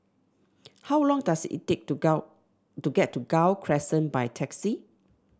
how long does it take to Gul to get to Gul Crescent by taxi